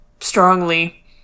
strongly